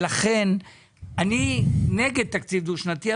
ולכן אני נגד תקציב דו שנתי,